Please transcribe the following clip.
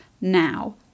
now